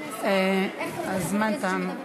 ומחבלים לא,